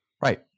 Right